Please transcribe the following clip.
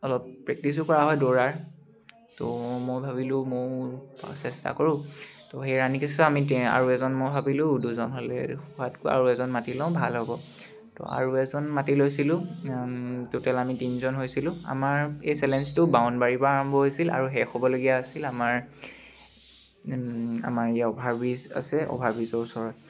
অলপ প্ৰেক্টিচো কৰা হয় দৌৰাৰ তো মই ভাবিলোঁ ময়ো চেষ্টা কৰোঁ তো সেই ৰাণিং টেষ্টটো আমি তি আৰু এজন মই ভাবিলোঁ দুজন হ'লে ভাল হ'ব আৰু এজন মাতি লওঁ ভাল হ'ব তো আৰু এজন মাতি লৈছিলোঁ ট'টেল আমি তিনিজন হৈছিলোঁ আমাৰ এই চেলেঞ্জটো বামুণবাৰীৰ পৰা আৰম্ভ হৈছিল আৰু শেষ হ'বলগীয়া আছিল আমাৰ আমাৰ এই অভাৰব্ৰিজ আছে অভাৰব্ৰিজৰ ওচৰত